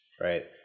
right